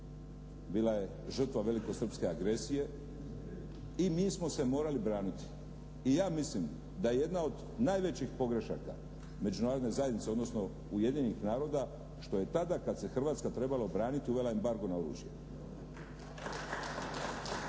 bila je žrtva velikosrpske agresije i mi smo se morali braniti. I ja mislim da je jedna od najvećih pogrešaka Međunarodne zajednice odnosno Ujedinjenih naroda što je tada kad se Hrvatska trebala obraniti uvela embargo na oružje.